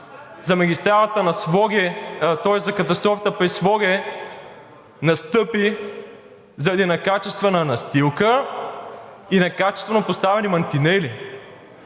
Катастрофата при Своге настъпи заради некачествена настилка и некачествено поставени мантинели.